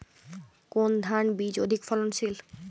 কোন ধান বীজ অধিক ফলনশীল?